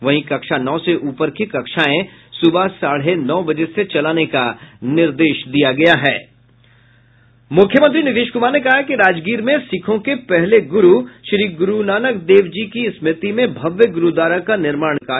वहीं कक्षा नौ से उपर की कक्षाएं सुबह साढ़े नौ बजे से चलाने का आदेश दिया है मुख्यमंत्री नीतीश कुमार ने कहा है कि राजगीर में सिखों के पहले गुरू श्री गुरूनानक देव जी की स्मृति में भव्य गुरूद्वारा का निर्माण किया जायेगा